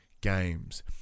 games